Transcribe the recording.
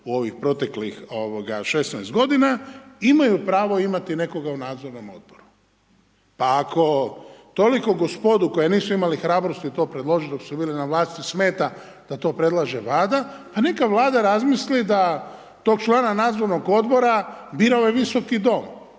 u ovih proteklih 16 g., imaju pravo imati nekoga u nadzornom odboru. Pa ako toliko gospodu koja nisu imali hrabrosti to presložiti dok su bili na vlasti smeta da to predlaže Vlada, pa neka Vlada razmisli da tog članaka nadzornog odbora bira ovaj Visoki dom,